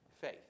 faith